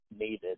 needed